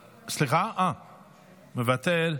סליחה, מבטל,